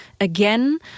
again